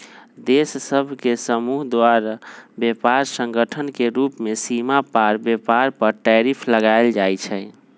देश सभ के समूह द्वारा व्यापार संगठन के रूप में सीमा पार व्यापार पर टैरिफ लगायल जाइ छइ